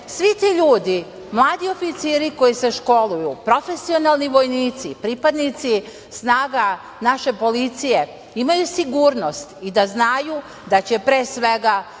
svi ti ljudi, mladi oficiri koji se školuju, profesionalni vojnici, pripadnici snaga naše policije, imaju sigurnost i da znaju da će pre svega,